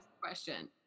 question